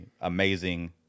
amazing